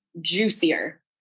juicier